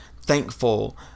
thankful